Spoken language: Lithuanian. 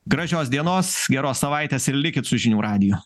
gražios dienos geros savaitės ir likit su žinių radiju